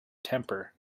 temper